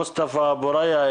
מוסטפא אבו ריא,